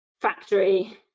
factory